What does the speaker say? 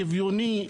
שוויוני,